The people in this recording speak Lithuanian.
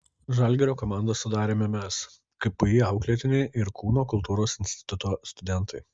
žalgirio komandą sudarėme mes kpi auklėtiniai ir kūno kultūros instituto studentai